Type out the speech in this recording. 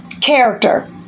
character